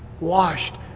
washed